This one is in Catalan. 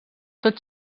tot